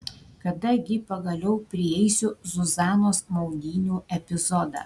kada gi pagaliau prieisiu zuzanos maudynių epizodą